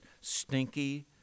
stinky